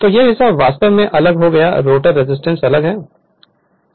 तो यह हिस्सा वास्तव में अलग हो गया रोटर रेजिस्टेंस अलग हो गया है